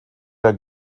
der